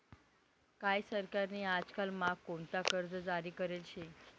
काय सरकार नी आजकाल म्हा कोणता कर्ज जारी करेल शे